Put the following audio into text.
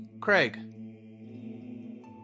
Craig